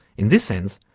in this sense,